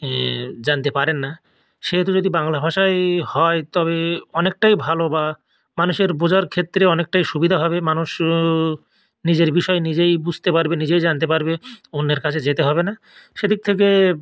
ইয়ে জানতে পারেন না সেহেতু যদি বাংলা ভাষাই হয় তবে অনেকটাই ভালো বা মানুষের বোঝার ক্ষেত্রে অনেকটাই সুবিধা হবে মানুষও নিজের বিষয় নিজেই বুঝতে পারবেন নিজেই জানতে পারবে অন্যের কাছে যেতে হবে না সে দিক থেকে